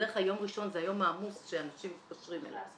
בדרך יום ראשון זה היום העמוס שאנשים מתקשרים אליו.